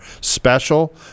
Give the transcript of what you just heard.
special